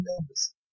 members